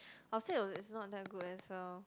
our sale is not that good as well